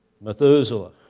Methuselah